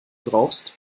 brauchst